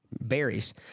berries